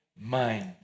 mind